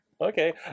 okay